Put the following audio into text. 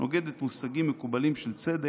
נוגדת 'מושגים מקובלים של צדק',